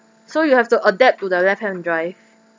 so you have to adapt to the left hand drive